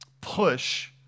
push